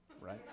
right